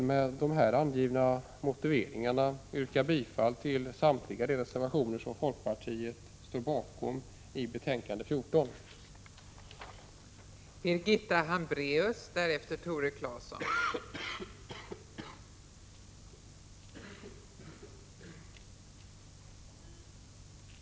Med de här angivna motiveringarna yrkar jag bifall till samtliga reservationer i bostadsutskottets betänkande 14 som folkpartiet står bakom.